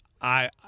I-